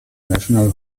national